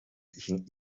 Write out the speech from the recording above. ging